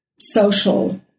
social